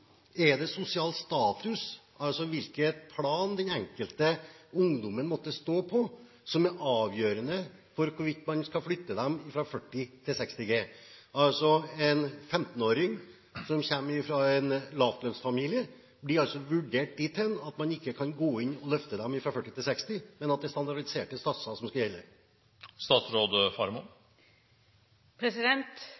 Er det sosial status – altså hvilket plan den enkelte ungdommen måtte stå på – som er avgjørende for hvorvidt man skal flytte dem fra 40 G til 60 G? En 15-åring som kommer fra en lavtlønnsfamilie, blir altså vurdert dit hen at man ikke kan gå inn og løfte han eller henne fra 40 G til 60 G – at det er standardiserte satser som skal gjelde?